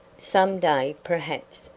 some day, perhaps,